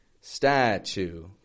Statue